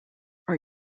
are